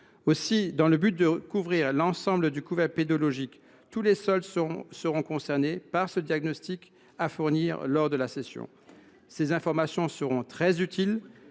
Indiquasols. Pour couvrir l’ensemble du couvert pédologique, tous les sols seront concernés par le diagnostic devant être fourni lors de la cession. Ces informations seront très utiles